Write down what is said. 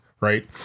right